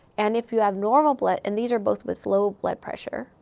and if you have normal blood and these are both with low blood pressure,